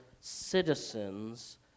citizens